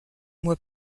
mois